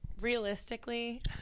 realistically